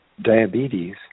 diabetes